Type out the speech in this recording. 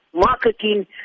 Marketing